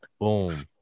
boom